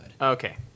Okay